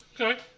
Okay